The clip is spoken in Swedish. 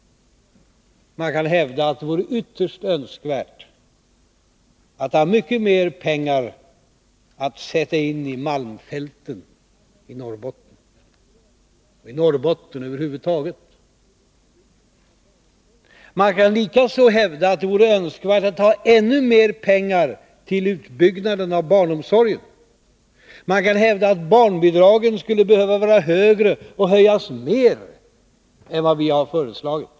Man kan hävda att det vore ytterst önskvärt att ha mycket mer pengar att sätta in i malmfälten i Norrbotten eller över huvud taget i Norrbotten. Man kan likaså hävda att det vore önskvärt att ha ännu mer pengar till utbyggnaden av barnomsorgen. Man kan hävda att barnbidragen skulle behöva vara högre och höjas mer än vad vi har föreslagit.